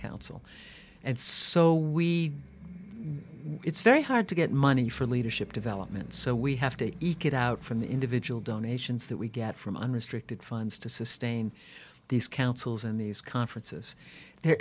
council and so we it's very hard to get money for leadership development so we have to eke it out from individual donations that we get from unrestricted funds to sustain these councils and these conferences they're